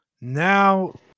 Now